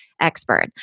expert